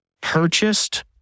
purchased